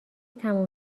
تموم